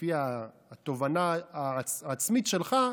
לפי התובנה העצמית שלך,